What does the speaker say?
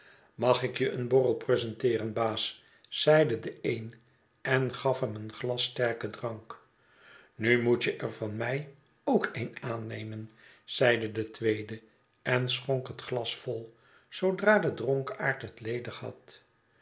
mag ik je een borrel prezenteeren baas zeide de een en gaf hem een glas sterken drank nu moet je er van mij ookeen aannemen zeide de tweede en schonk het glas vol zoodra de dronkaard het ledig had